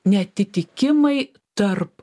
neatitikimai tarp